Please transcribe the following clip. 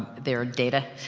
their data, ah,